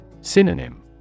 Synonym